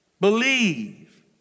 believe